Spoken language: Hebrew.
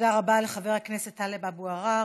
תודה רבה לחבר הכנסת טלב אבו עראר.